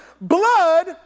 blood